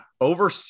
over